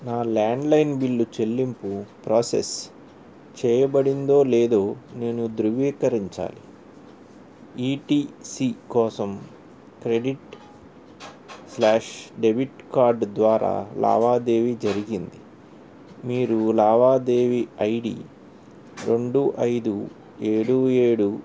నా landline bill చెల్లింపు process చేయబడిందో లేదో నేను ధృవీకరించాలి ఈ టీ సీ కోసం క్రెడిట్ స్లాష్ డెబిట్ కార్డ్ ద్వారా లావాదేవీ జరిగింది మీరు లావాదేవీ ఐ డి రెండు ఐదు ఏడు ఏడు